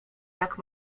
jak